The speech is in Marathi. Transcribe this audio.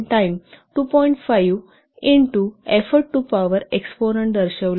5 into effort to power exponent दर्शविला